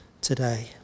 today